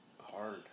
hard